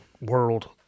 world